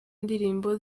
ndirimbo